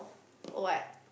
oh what